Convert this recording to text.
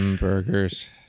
Burgers